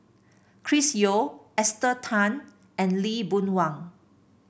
Chris Yeo Esther Tan and Lee Boon Wang